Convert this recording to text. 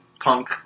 punk